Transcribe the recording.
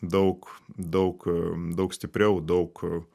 daug daug daug stipriau daug